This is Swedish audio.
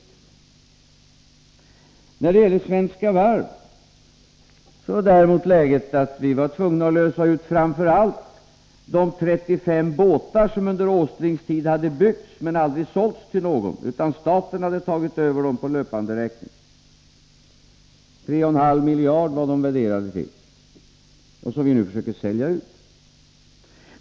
När det däremot gäller Svenska Varv var läget att vi var tvungna att lösa ut framför allt de 35 båtar som under Nils Åslings tid hade byggts men aldrig sålts till någon. Staten hade tagit över dem på löpande räkning —3,5 miljarder var de värderade till — och dessa båtar försöker vi nu sälja ut.